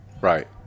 Right